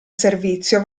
servizio